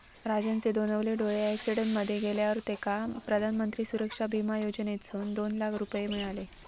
राजनचे दोनवले डोळे अॅक्सिडेंट मध्ये गेल्यावर तेका प्रधानमंत्री सुरक्षा बिमा योजनेसून दोन लाख रुपये मिळाले